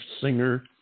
singer